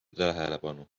tähelepanu